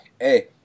Hey